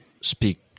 speak